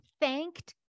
thanked